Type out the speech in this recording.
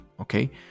okay